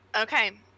Okay